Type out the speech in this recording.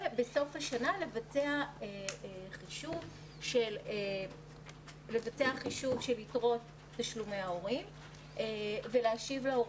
בסוף השנה לבצע חישוב של יתרות תשלומי ההורים ולהשיב להורים.